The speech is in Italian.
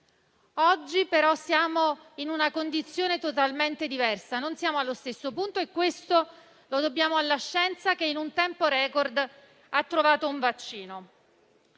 Oggi siamo però in una condizione totalmente diversa, non siamo allo stesso punto e lo dobbiamo alla scienza che, in un tempo *record*, ha trovato un vaccino.